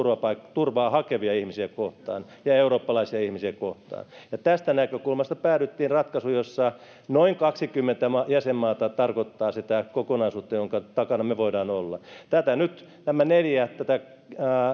turvaa hakevia ihmisiä kohtaan ja ja eurooppalaisia ihmisiä kohtaan ja tästä näkökulmasta päädyttiin ratkaisuun jossa noin kaksikymmentä jäsenmaata tarkoittaa sitä kokonaisuutta jonka takana me voimme olla tätä nyt nämä neljä tätä